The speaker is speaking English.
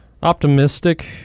optimistic